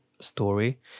story